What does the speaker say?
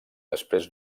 després